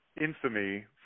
infamy